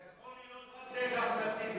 זה יכול להיות רק דרך אחמד טיבי.